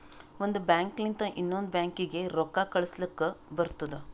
ಒಂದ್ ಬ್ಯಾಂಕ್ ಲಿಂತ ಇನ್ನೊಂದು ಬ್ಯಾಂಕೀಗಿ ರೊಕ್ಕಾ ಕಳುಸ್ಲಕ್ ಬರ್ತುದ